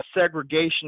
segregation